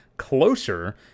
Closer